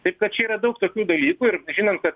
taip kad čia yra daug tokių dalykų ir žinant kad